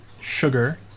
sugar